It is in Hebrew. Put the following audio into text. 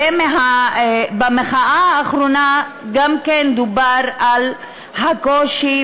במחאה האחרונה גם דובר על הקושי